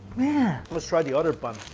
man, let's try the other bun.